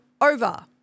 over